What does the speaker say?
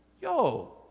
Yo